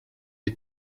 die